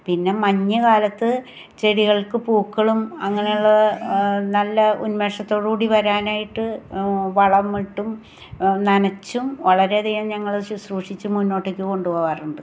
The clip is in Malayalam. പിന്ന മഞ്ഞ് കാലത്ത് ചെടികൾക്ക് പൂക്കളും അങ്ങനെ ഉള്ള നല്ല ഉന്മേഷത്തോടു കൂടി വരാനായിട്ട് വളം ഇട്ടും നനച്ചും വളരെ അധികം ഞങ്ങൾ ശുശ്രൂഷിച്ച് മുന്നോട്ടേക്ക് കൊണ്ട് പോകാറുണ്ട്